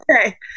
Okay